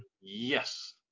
Yes